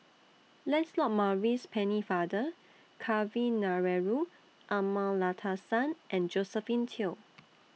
Lancelot Maurice Pennefather Kavignareru Amallathasan and Josephine Teo